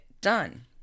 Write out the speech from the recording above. Done